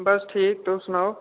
बस ठीक तुस सनाओ